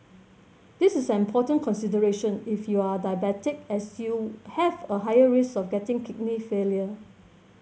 this is an important consideration if you are diabetic as you have a higher risk of getting kidney failure